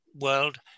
world